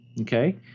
Okay